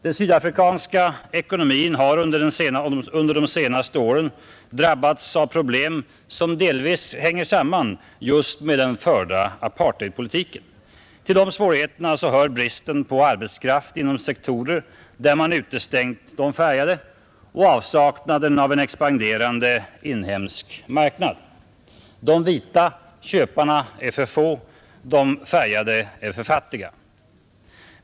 Den sydafrikanska ekonomin har under de senaste åren drabbats av svåra problem som delvis hänger samman just med den förda apartheidpolitiken. Till dessa svårigheter hör bl.a. brist på arbetskraft inom sektorer där man utestängt de färgade och avsaknad av en expanderande inhemsk marknad. De vita köparna är för få, de färgade är för fattiga.